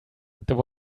there